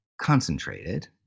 concentrated